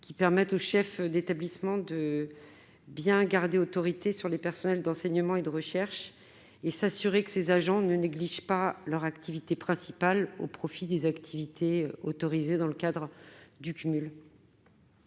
permettant aux chefs d'établissement de bien garder autorité sur les personnels d'enseignement et de recherche, de s'assurer que ces agents ne négligent pas leur activité principale au profit des activités autorisées dans le cadre du cumul.